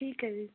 ਠੀਕ ਹੈ ਜੀ